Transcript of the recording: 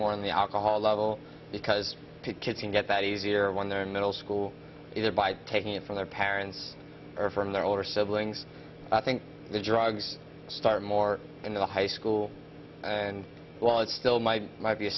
more on the alcohol level because kids can get that easier when they're in middle school either by taking it from their parents or from their older siblings i think the drugs start more in the high school and while it's still my might be a